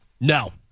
No